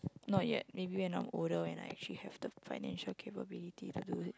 not yet maybe when I'm older and I actually have the financial capability to do